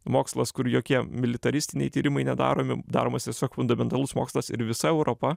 mokslas kur jokie militaristiniai tyrimai nedaromi daromas tiesiog fundamentalus mokslas ir visa europa